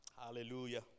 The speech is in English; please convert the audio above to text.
Hallelujah